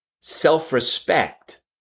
self-respect